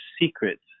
secrets